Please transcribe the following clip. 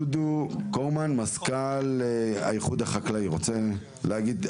דודו קוכמן מזכ"ל האיחוד החקלאי, רוצה להגיד?